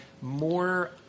More